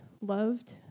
loved